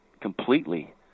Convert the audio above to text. completely